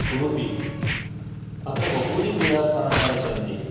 उडुपि अत्र बहूनि पूजास्थानानि सन्ति